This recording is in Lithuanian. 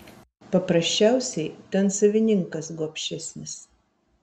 paprasčiausiai ten savininkas gobšesnis